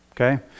Okay